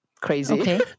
crazy